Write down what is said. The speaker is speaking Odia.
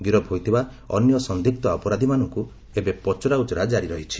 ଗିରଫ ହୋଇଥିବା ଅନ୍ୟ ସନ୍ଦିଗ୍ର ଅପରାଧୀଙ୍କୁ ଏବେ ପଚରା ଉଚରା ଜାରି ରହିଛି